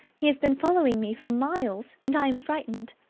he has been following me for miles, and i'm frightened.